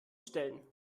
stellen